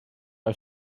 are